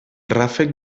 ràfec